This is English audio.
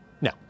no